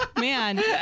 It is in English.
man